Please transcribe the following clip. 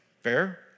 Fair